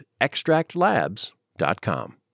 extractlabs.com